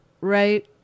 right